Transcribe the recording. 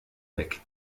weg